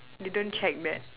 they don't check that